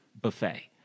buffet